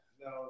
No